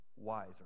wiser